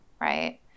right